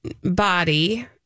body